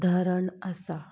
धरण आसा